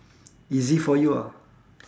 easy for you ah